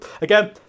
again